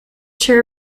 chair